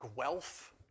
Guelph